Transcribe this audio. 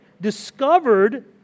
discovered